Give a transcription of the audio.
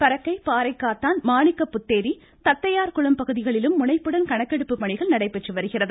பறக்கை பாறைக்காத்தான் மாணிக்க புத்தேரி தத்தையார்குளம் பகுதிகளிலும் முனைப்புடன் கணக்கெடுப்பு பணிகள் நடைபெற்று வருகிறது